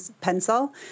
pencil